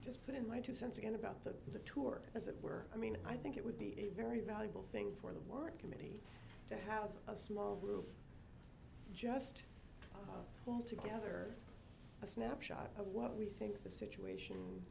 just put in my two cents again about the tour as it were i mean i think it would be a very valuable thing for the work committee to have a small group just pull together a snapshot of what we think the situation